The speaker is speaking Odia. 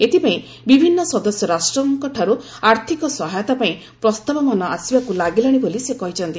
ଏଥିପାଇଁ ବିଭିନ୍ନ ସଦସ୍ୟ ରାଷ୍ଟ୍ରଙ୍କଠାରୁ ଆର୍ଥିକ ସହାୟତା ପାଇଁ ପ୍ରସ୍ତାବମାନ ଆସିବାକୁ ଲାଗିଲାଣି ବୋଲି ସେ କହିଛନ୍ତି